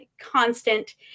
constant